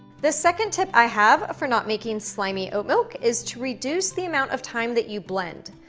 the second tip i have for not making slimy oat milk is to reduce the amount of time that you blend.